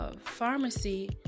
pharmacy